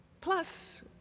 Plus